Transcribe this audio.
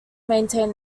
maintain